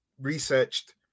researched